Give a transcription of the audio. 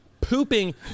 pooping